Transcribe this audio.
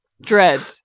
Dread